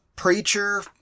Preacher